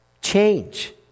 Change